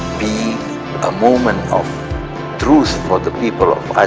be a moment of truce for the people of